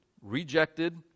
rejected